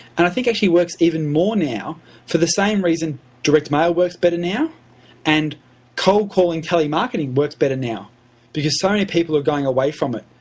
and i think it actually works even more now for the same reason direct mail works better now and cold calling telemarketing works better now because so many people are going away from it.